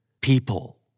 People